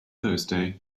thursday